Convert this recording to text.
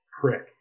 prick